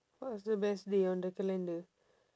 what's the best day on the calendar